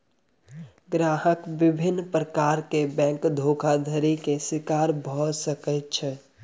ग्राहक विभिन्न प्रकार के बैंक धोखाधड़ी के शिकार भअ सकै छै